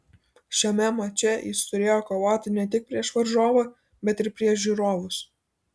šiame mače jis turėjo kovoti ne tik prieš varžovą bet ir prieš žiūrovus